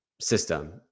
system